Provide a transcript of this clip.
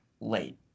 late